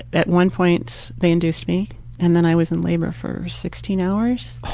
at one point they induced me and then i was in labor for sixteen hours. oh!